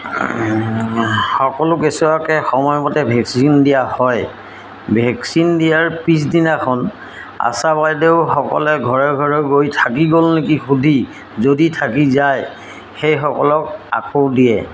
সকলো কেঁচুৱাকে সময়মতে ভেকচিন দিয়া হয় ভেকচিন দিয়াৰ পিছদিনাখন আশা বাইদেউসকলে ঘৰে ঘৰে গৈ থাকি গ'ল নেকি সুধি যদি থাকি যায় সেইসকলক আকৌ দিয়ে